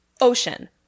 Ocean